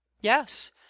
Yes